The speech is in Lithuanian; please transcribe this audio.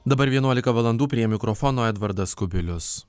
dabar vienuolika valandų prie mikrofono edvardas kubilius